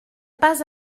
pas